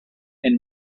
and